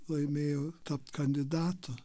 laimėjo tarp kandidatų